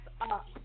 up